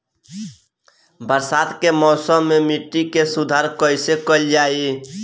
बरसात के मौसम में मिट्टी के सुधार कइसे कइल जाई?